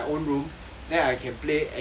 then I can play any time